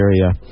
area